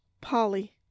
polly